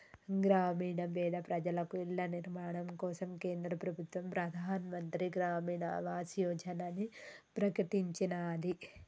గ్రామీణ పేద ప్రజలకు ఇళ్ల నిర్మాణం కోసం కేంద్ర ప్రభుత్వం ప్రధాన్ మంత్రి గ్రామీన్ ఆవాస్ యోజనని ప్రకటించినాది